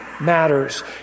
matters